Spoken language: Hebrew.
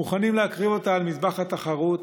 מוכנים להקריב אותה על מזבח התחרות.